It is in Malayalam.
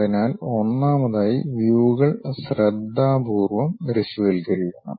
അതിനാൽ ഒന്നാമതായി വ്യൂകൾ ശ്രദ്ധാപൂർവ്വം ദൃശ്യവൽക്കരിക്കണം